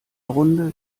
runde